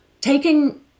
Taking